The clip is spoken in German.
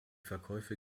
verkäufe